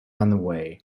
underway